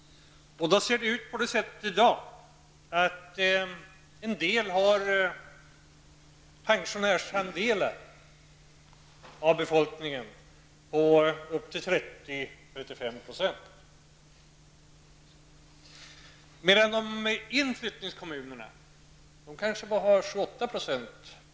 Andelen pensionärer är i en del av dessa kommuner upp till mellan 30 och 35 %. I inflyttningskommunerna däremot är andelen pensionärer kanske bara 28 %.